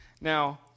Now